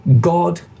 God